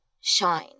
shine